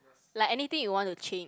like anything you want to change